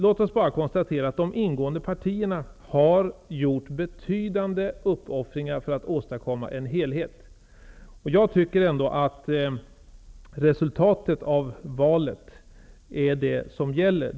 Låt oss bara konstatera att de ingående partierna har gjort betydande uppoffringar för att åstadkomma en helhet. Jag tycker ändå att resultatet av valet är det som gäller.